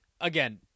Again